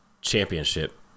championship